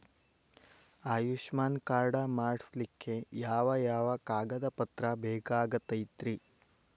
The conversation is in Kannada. ಆಯುಷ್ಮಾನ್ ಕಾರ್ಡ್ ಮಾಡ್ಸ್ಲಿಕ್ಕೆ ಯಾವ ಯಾವ ಕಾಗದ ಪತ್ರ ಬೇಕಾಗತೈತ್ರಿ?